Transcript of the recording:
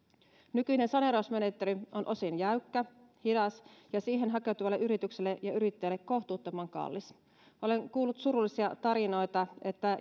nykyinen saneerausmenettely on osin jäykkä hidas ja siihen hakeutuvalle yritykselle ja yrittäjälle kohtuuttoman kallis olen kuullut surullisia tarinoita että